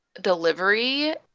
delivery